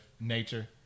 nature